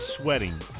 sweating